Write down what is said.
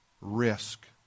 Risk